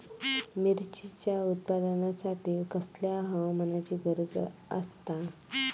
मिरचीच्या उत्पादनासाठी कसल्या हवामानाची गरज आसता?